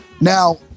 Now